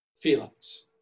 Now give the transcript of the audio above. feelings